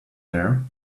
there